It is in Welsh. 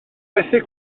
methu